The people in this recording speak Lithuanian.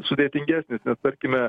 sudėtingesnis nes tarkime